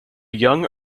young